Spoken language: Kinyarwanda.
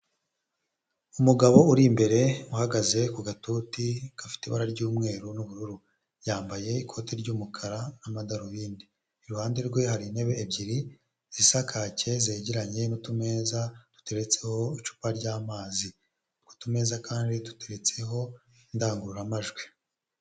Umugabo uri imbere uhagaze ku gatuti gafite ibara ry'umweru n'ubururu, yambaye ikoti ry'umukara n'amadarubindi, iruhande rwe hari intebe ebyiri zisa kaki zegeranye n'utumeza duteretseho icupa ry'amazi, utwo tumeza kandi duteretseho indangururamajwi.